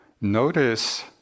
notice